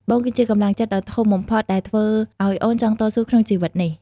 បងគឺជាកម្លាំងចិត្តដ៏ធំបំផុតដែលធ្វើឱ្យអូនចង់តស៊ូក្នុងជីវិតនេះ។